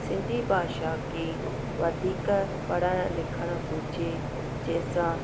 सिंधी भाषा के वधीक पढ़णु लिखणु घुरिजे जंहिंसां